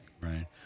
Right